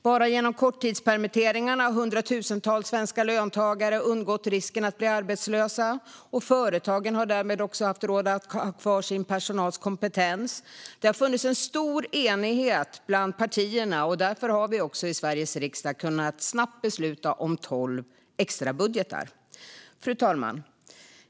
Bara genom korttidspermitteringarna har hundratusentals svenska löntagare undgått risken att bli arbetslösa. Företagen har därmed haft råd att ha kvar sin personals kompetens. Det har funnits en stor enighet bland partierna. Därför har vi också i Sveriges riksdag snabbt kunnat besluta om tolv extrabudgetar. Fru talman!